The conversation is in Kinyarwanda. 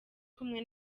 kumwe